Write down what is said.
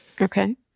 Okay